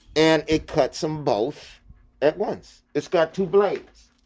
and it puts them both at once, it's got two blades,